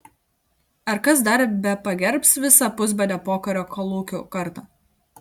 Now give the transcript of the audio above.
ar kas dar bepagerbs visą pusbadę pokario kolūkių kartą